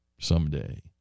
someday